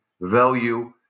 value